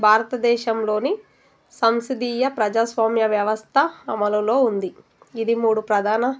భారతదేశంలోని సంస్థాన ప్రజాస్వామ్య వ్యవస్థ అమలులో ఉంది ఇది మూడు ప్రధాన